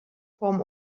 form